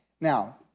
Now